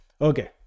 Okay